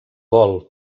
gol